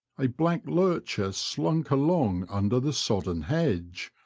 a black lurcher slunk along under the sodden hedge,